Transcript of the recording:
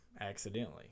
accidentally